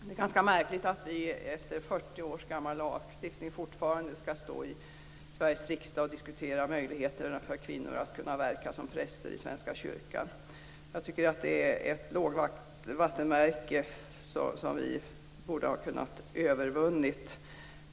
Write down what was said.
Det är ganska märkligt att vi, med en 40 år gammal lagstiftning, fortfarande skall stå i Sveriges riksdag och diskutera möjligheterna för kvinnor att verka som präster i Svenska kyrkan. Det är ett lågvattenmärke, som vi borde ha kunnat övervinna.